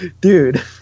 Dude